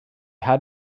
had